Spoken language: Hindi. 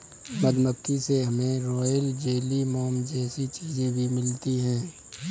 मधुमक्खी से हमे रॉयल जेली, मोम जैसी चीजे भी मिलती है